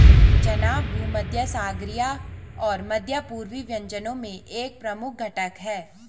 चना भूमध्यसागरीय और मध्य पूर्वी व्यंजनों में एक प्रमुख घटक है